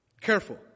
Careful